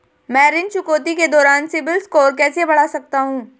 मैं ऋण चुकौती के दौरान सिबिल स्कोर कैसे बढ़ा सकता हूं?